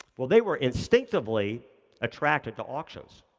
well, they were instinctively attracted to auctions.